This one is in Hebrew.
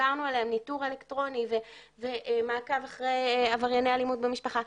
דיברנו על ניטור אלקטרוני ומעקב אחרי עברייני אלימות במשפחה.